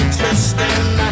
twisting